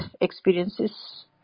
experiences